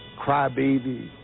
crybaby